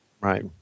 Right